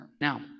Now